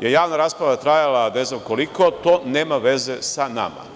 je javna rasprava trajala ne znam koliko, to nema veze sa nama.